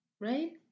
Right